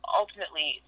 ultimately